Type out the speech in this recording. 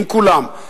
עם כולם.